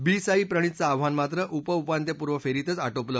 बी साई प्रणितचं आव्हान मात्र उपउपांत्यपूर्व फेरीतच आटोपलं